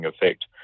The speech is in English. effect